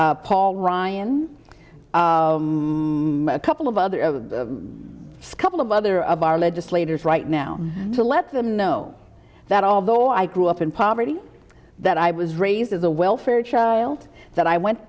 santorum paul ryan a couple of other a couple of other of our legislators right now to let them know that although i grew up in poverty that i was raised as a welfare child that i went